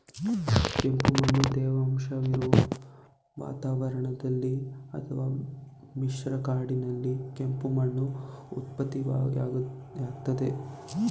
ಕೆಂಪುಮಣ್ಣು ತೇವಾಂಶವಿರೊ ವಾತಾವರಣದಲ್ಲಿ ಅತ್ವ ಮಿಶ್ರ ಕಾಡಿನಲ್ಲಿ ಕೆಂಪು ಮಣ್ಣು ಉತ್ಪತ್ತಿಯಾಗ್ತದೆ